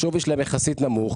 השווי שלהם יחסית נמוך,